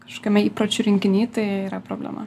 kažkame įpročių rinkiny tai yra problema